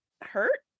hurt